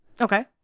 Okay